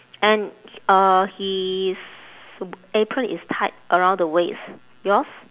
and uh his apron is tied around the waist yours